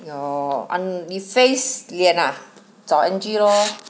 ya lor um 你 face 脸啊找 angie lor